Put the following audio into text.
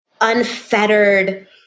unfettered